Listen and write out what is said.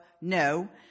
no